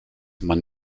man